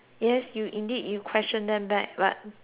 you question them back but